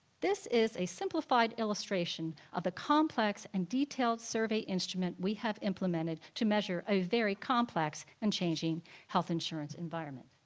this is a simplified illustration of the complex and detailed survey instrument we have implemented to measure a very complex and changing health insurance environment.